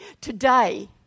today